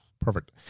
Perfect